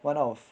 one out of